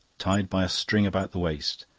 tied by a string about the waist.